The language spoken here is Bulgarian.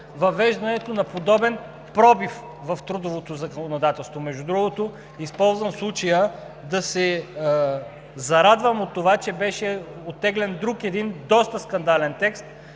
въвеждането на подобен пробив в трудовото законодателство. Между другото, използвам случая да се зарадвам от това, че беше оттеглен друг един доста скандален текст,